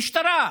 המשטרה.